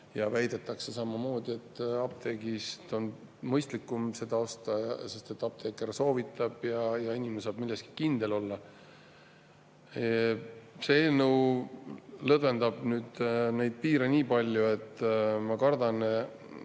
Väidetakse samamoodi, et apteegist on neid mõistlikum osta, sest seal apteeker soovitab ja inimene saab milleski kindel olla. See eelnõu lõdvendab neid piire nii palju, et ma kardan,